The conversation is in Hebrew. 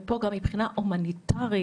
ופה גם מבחינה הומניטרית